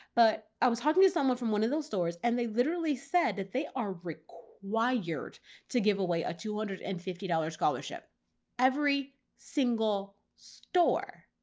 but i was talking to someone from one of those stores and they literally said that they are required to give away a two hundred and fifty dollars scholarship every single store.